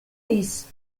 diris